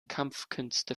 kampfkünste